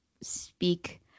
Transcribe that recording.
speak